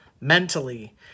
mentally